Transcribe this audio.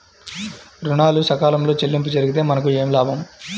ఋణాలు సకాలంలో చెల్లింపు జరిగితే మనకు ఏమి లాభం?